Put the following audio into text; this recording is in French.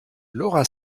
laura